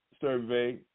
survey